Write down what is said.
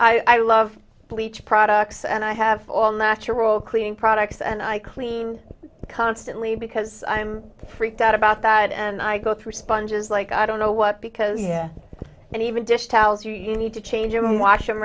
know i love bleach products and i have all natural cleaning products and i clean constantly because i'm freaked out about that and i go through sponges like i don't know what because yeah and even dish towels you need to change him wash